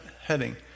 heading